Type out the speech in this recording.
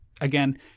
Again